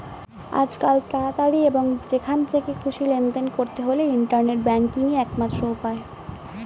আজকাল তাড়াতাড়ি এবং যেখান থেকে খুশি লেনদেন করতে হলে ইন্টারনেট ব্যাংকিংই একমাত্র উপায়